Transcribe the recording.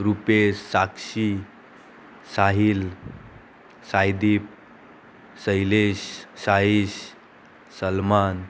रुपेश साक्षी साहील साईदीप सैलेश साहीश सान